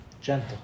Gentle